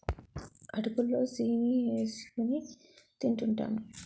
అటుకులు లో సీని ఏసుకొని తింటూంటాము